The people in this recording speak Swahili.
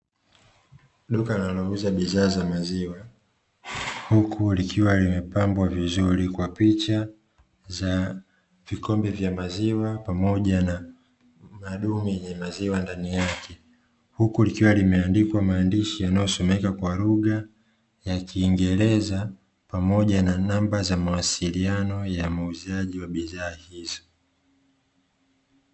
Duka wanalouza bidhaa za maziwa huku likiwa limepambwa vizuri kwa picha za vikombe vya maziwa pamoja na madumu yenye mzaiwa ndani yake. Huku likiwa limeandikwa maandishi yanayosomekwa kwa lugha ya kiingereza pamoja na namba za mawasiliano ya muuziaji wa bidhaa hizo.